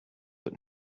but